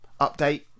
update